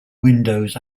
windows